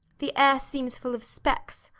the air seems full of specks,